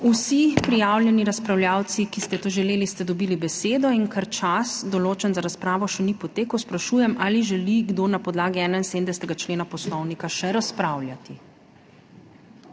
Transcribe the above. Vsi prijavljeni razpravljavci, ki ste to želeli ste dobili besedo in ker čas določen za razpravo še ni potekel, sprašujem ali želi kdo na podlagi 71. člena Poslovnika še razpravljati.